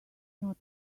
not